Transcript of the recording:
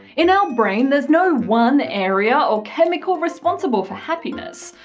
in our brain there's no one area or chemical responsible for happiness.